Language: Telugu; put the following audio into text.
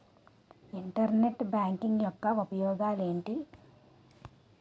ఇంటర్నెట్ బ్యాంకింగ్ యెక్క ఉపయోగాలు ఎంటి?